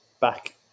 back